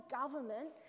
government